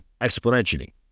exponentially